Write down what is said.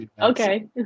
Okay